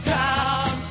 town